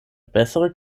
bessere